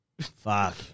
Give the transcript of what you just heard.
Fuck